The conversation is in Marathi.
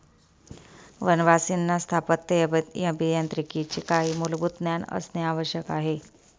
वनवासींना स्थापत्य अभियांत्रिकीचे काही मूलभूत ज्ञान असणे आवश्यक आहे